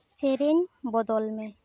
ᱥᱮᱨᱮᱧ ᱵᱚᱫᱚᱞᱢᱮ